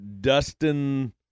Dustin